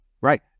right